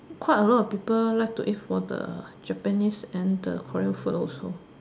quite a lot of people like to eat for the Japanese and the Korean food also